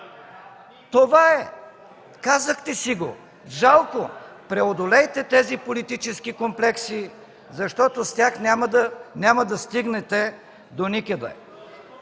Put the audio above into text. Това е, казахте си го. Жалко, преодолейте тези политически комплекси, защото с тях няма да стигнете доникъде.